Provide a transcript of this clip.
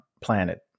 planet